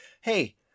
hey